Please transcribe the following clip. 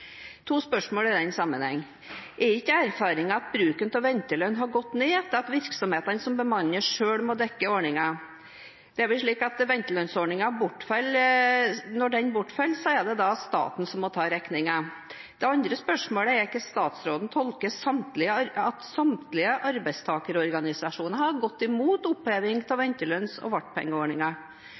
to spørsmål i den sammenheng. Er ikke erfaringen at bruken av ventelønn har gått ned etter at virksomhetene som bemanner, selv må dekke ordningen? Det er vel slik at når ventelønnsordningen bortfaller, er det staten som må ta regningen. Det andre spørsmålet er hvordan statsråden tolker det at samtlige arbeidstakerorganisasjoner har gått imot oppheving av ventelønns- og